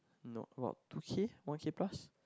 no about two K one K plus